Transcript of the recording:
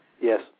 Yes